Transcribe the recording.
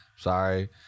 Sorry